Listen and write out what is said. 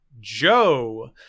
Joe